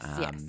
yes